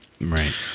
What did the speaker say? Right